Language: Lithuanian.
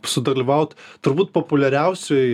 sudalyvaut turbūt populiariausioj